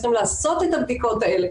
צריכים לעשות את הבדיקות האלה,